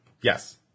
Yes